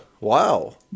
wow